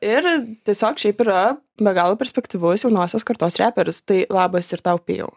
ir tiesiog šiaip yra be galo perspektyvus jaunosios kartos reperis tai labas ir tau pijau